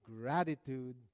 gratitude